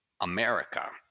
America